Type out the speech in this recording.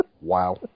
Wow